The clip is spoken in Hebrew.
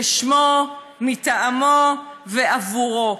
בשמו, מטעמו ובעבורו.